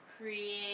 create